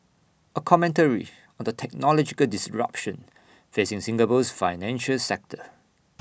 A commentary on the technological disruption facing Singapore's financial sector